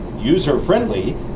user-friendly